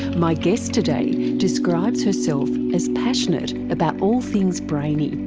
my guest today describes herself as passionate about all things brainy,